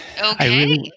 Okay